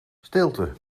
stilte